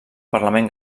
parlament